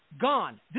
gone